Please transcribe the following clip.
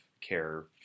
care